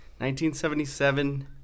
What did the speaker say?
1977